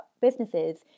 businesses